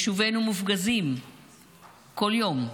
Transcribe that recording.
יישובינו מופגזים בכל יום,